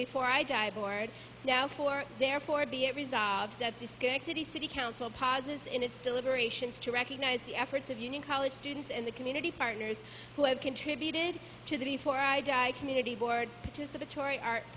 before i die aboard now for therefore be it resolved that disconnected the city council pass in its deliberations to recognize the efforts of union college students and the community partners who have contributed to the before i die community board